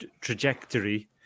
trajectory